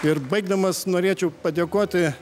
ir baigdamas norėčiau padėkoti